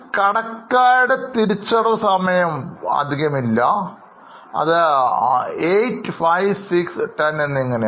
കടക്കാരുടെ തിരിച്ചടവ് സമയം വളരെ കുറവാണ് 85610 എന്നിങ്ങനെയാണ്